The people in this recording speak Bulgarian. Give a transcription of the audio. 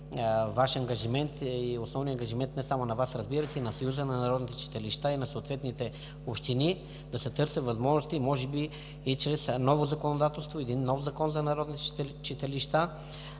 Ваш ангажимент и основният ангажимент не само на Вас, разбира се, и на Съюза на народните читалища, и на съответните общини, да се търсят възможности, може би и чрез ново законодателство, нов Закон за народните читалища,